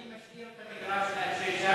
אם כן, רבותי,